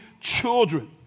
children